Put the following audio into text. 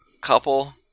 Couple